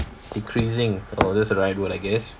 decreasing oh that's the right word I guess